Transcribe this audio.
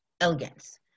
elegance